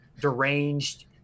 deranged